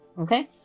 Okay